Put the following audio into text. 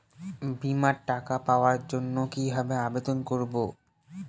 বিমার টাকা পাওয়ার জন্য কিভাবে আবেদন করব?